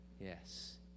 Yes